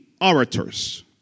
orators